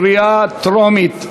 קריאה טרומית.